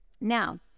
Now